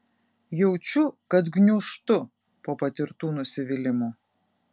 jaučiu kad gniūžtu po patirtų nusivylimų